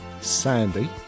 sandy